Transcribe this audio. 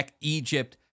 Egypt